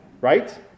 Right